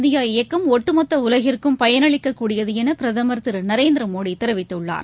India இயக்கம் ஒட்டுமொத்தஉலகிற்கும் பயனளிக்கக் கூடியதுஎனபிரதமர் சுயசார்பு திருநரேந்திரமோடிதெரிவித்துள்ளார்